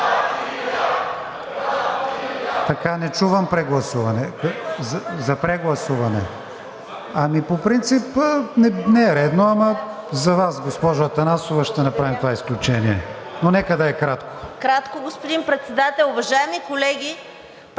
Уважаеми господин Председател, уважаеми колеги!